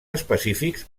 específics